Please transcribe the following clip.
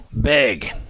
big